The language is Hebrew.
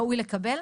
ראוי לקבל.